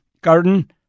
Garden